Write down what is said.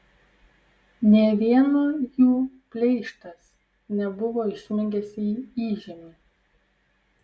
nė vieno jų pleištas nebuvo įsmigęs į įžemį